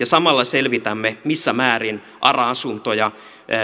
samalla selvitämme missä määrin ara asuntoja